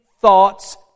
thoughts